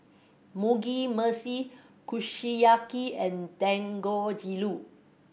Mugi Meshi Kushiyaki and Dangojiru